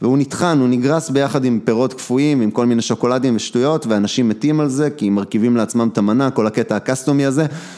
והוא נטחן, הוא נגרס ביחד עם פירות קפואים, עם כל מיני שוקולדים ושטויות ואנשים מתים על זה כי הם מרכיבים לעצמם את המנה, כל הקטע הקסטומי הזה